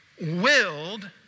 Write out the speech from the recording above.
willed